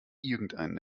irgendeinen